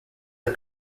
are